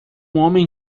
homem